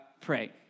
pray